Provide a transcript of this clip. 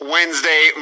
Wednesday